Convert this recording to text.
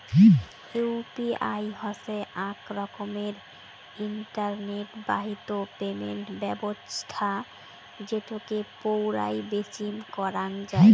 UPI হসে আক রকমের ইন্টারনেট বাহিত পেমেন্ট ব্যবছস্থা যেটোকে পৌরাই বেচিম করাঙ যাই